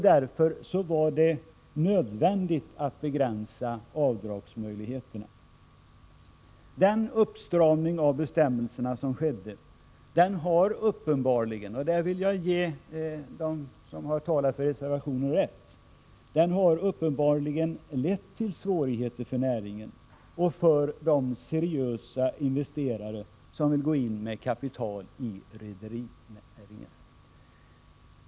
Därför var det nödvändigt att begränsa Den uppstramning av bestämmelserna som skedde har uppenbarligen — där vill jag ge dem som har talat för reservationen rätt — lett till svårigheter för näringen och för de seriösa investerare som vill gå in med kapital i rederinäringen.